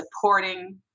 supporting